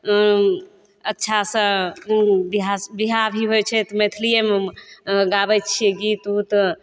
अच्छासँ बिआह बिआह भी होय छै तऽ मैथिलियेमे गाबै छियै गीत ओत